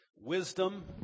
wisdom